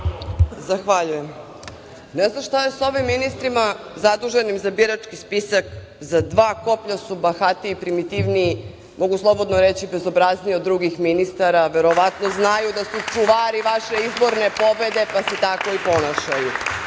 Zahvaljujem. Ne znam šta je sa ovim ministrima zaduženim za birački spisak? Za dva koplja su bahatiji i primitivniji, mogu slobodno reći i bezobraznijim od drugih ministara. Verovatno znaju da su čuvari vaše izborne pobede, pa se tako i ponašaju,